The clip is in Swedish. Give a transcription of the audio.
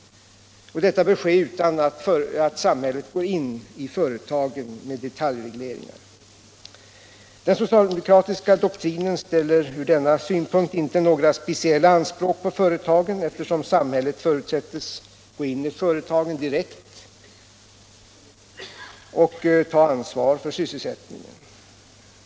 Detta bör ske utan att samhället går in i företagen med detaljregleringar. Den socialdemokratiska doktrinen ställer från denna synpunkt inte några speciella anspråk på företagen, eftersom samhället förutsätts gå in i företagen direkt och ta ansvar för sysselsättningen.